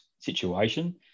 situation